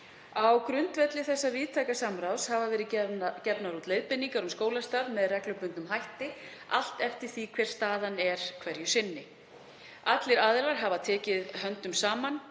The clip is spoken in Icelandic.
Á grundvelli þessa víðtæka samráðs hafa verið gefnar út leiðbeiningar um skólastarf með reglubundnum hætti, allt eftir því hver staðan er hverju sinni. Allir aðilar hafa tekið höndum saman,